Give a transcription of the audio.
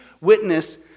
witness